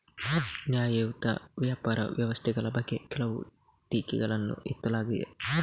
ನ್ಯಾಯಯುತ ವ್ಯಾಪಾರ ವ್ಯವಸ್ಥೆಗಳ ಬಗ್ಗೆ ಕೆಲವು ಟೀಕೆಗಳನ್ನು ಎತ್ತಲಾಗಿದೆ